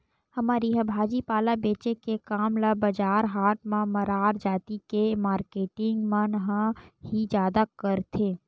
हमर इहाँ भाजी पाला बेंचे के काम ल बजार हाट म मरार जाति के मारकेटिंग मन ह ही जादा करथे